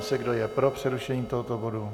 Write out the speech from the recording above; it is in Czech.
Ptám se, kdo je pro přerušení tohoto bodu.